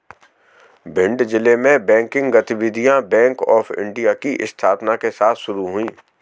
भिंड जिले में बैंकिंग गतिविधियां बैंक ऑफ़ इंडिया की स्थापना के साथ शुरू हुई